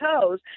toes